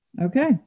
Okay